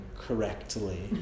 correctly